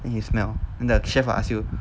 and you smell then the chef will ask you